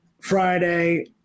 Friday